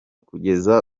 kugeza